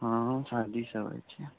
हँ शादीसँ आबैत छियै